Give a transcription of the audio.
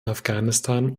afghanistan